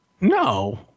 no